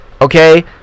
okay